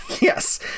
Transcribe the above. Yes